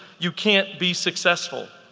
you can't be successful.